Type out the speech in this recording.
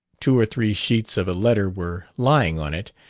two or three sheets of a letter were lying on it,